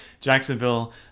Jacksonville